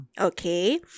Okay